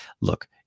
look